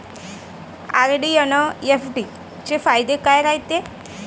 RD अन FD चे फायदे काय रायते?